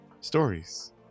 stories